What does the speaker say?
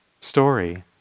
story